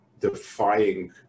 defying